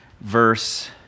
verse